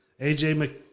AJ